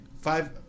Five